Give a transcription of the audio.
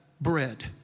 bread